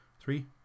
three